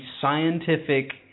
scientific